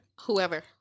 whoever